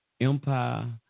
Empire